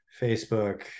Facebook